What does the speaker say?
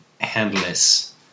endless